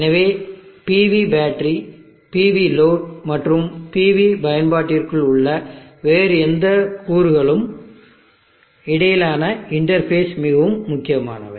எனவே PV battery PV load மற்றும் PV பயன்பாட்டிற்குள் உள்ள வேறு எந்த கூறுகளுக்கும் இடையிலான இன்டர்பேஸ் மிகவும் முக்கியமானவை